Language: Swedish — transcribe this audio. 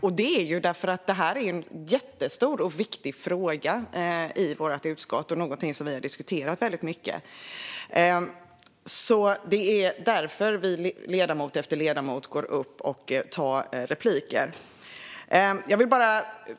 Men detta är en jättestor och viktig fråga i vårt utskott och något som vi har diskuterat väldigt mycket, och det är därför som vi, ledamot efter ledamot, går upp och tar repliker.